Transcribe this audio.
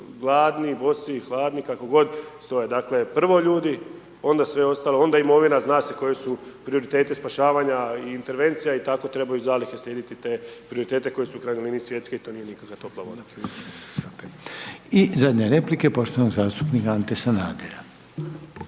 gladni, bosi i hladni, kako god, stoje. Dakle prvo ljudi, onda sve ostalo, onda imovina, zna se koji su prioriteti spašavanja i intervencija i tako trebaju zalihe slijediti te prioritete, koji su u krajnjoj liniji svjetske i to nije nikakva topla voda. **Reiner, Željko (HDZ)** I zadnja replika poštovanog zastupnika Ante Snadera.